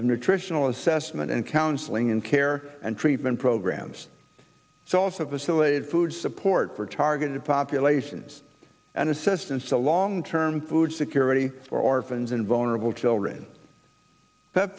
of nutritional assessment and counseling in care and treatment programs so also facilities food support for targeted populations and assistance to long term food security for orphans and vulnerable children